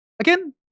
Again